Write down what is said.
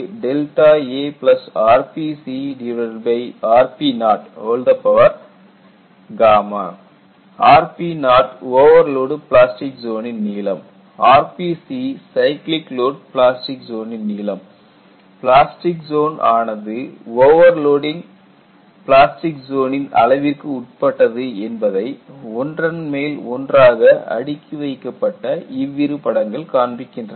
R a rpcrpo 0 rpo overload plastic ஜோனின் நீளம் rpc cyclic load plastic ஜோனின் நீளம் பிளாஸ்டிக் ஜோன் ஆனது ஓவர்லோடு பிளாஸ்டிக் ஜோனின் அளவிற்கு உட்பட்டது என்பதை ஒன்றன் மேல் ஒன்றாக அடுக்கி வைக்கப்பட்ட இவ்விரு படங்கள் காண்பிக்கின்றன